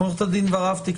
עורכת הדין ורהפטיג,